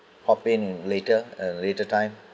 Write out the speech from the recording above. hop in later at a later time